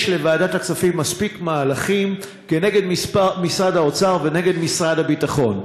יש לוועדת הכספים מספיק מהלכים נגד משרד האוצר ומשרד הביטחון.